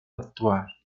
actual